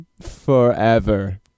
forever